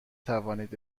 توانید